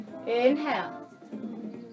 Inhale